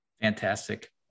Fantastic